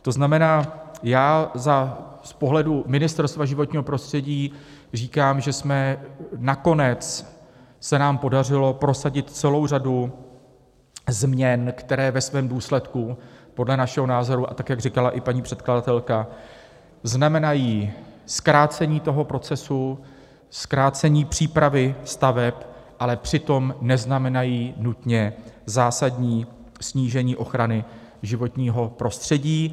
To znamená, z pohledu Ministerstva životního prostředí říkám, že nakonec se nám podařilo prosadit celou řadu změn, které ve svém důsledku podle našeho názoru a tak, jak říkala i paní předkladatelka znamenají zkrácení toho procesu, zkrácení přípravy staveb, ale přitom neznamenají nutně zásadní snížení ochrany životního prostředí.